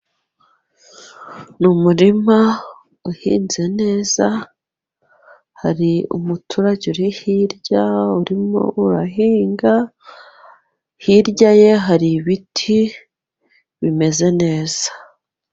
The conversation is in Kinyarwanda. Ni umurima uhinze neza, hari umuturage uri hirya ,urimo guhinga hirya ye, hari ibiti bimeze neza.